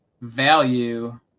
value